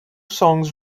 songs